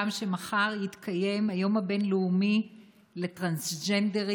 שמחר יתקיים היום הבין-לאומי לטרנסג'נדרים,